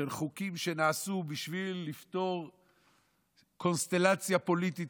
של חוקים שנעשו בשביל לפתור קונסטלציה פוליטית